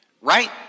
right